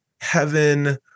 heaven